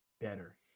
better